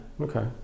Okay